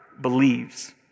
believes